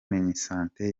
minisante